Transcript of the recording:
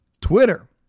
Twitter